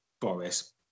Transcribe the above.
Boris